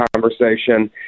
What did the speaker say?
conversation